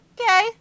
okay